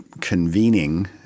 convening